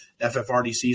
FFRDCs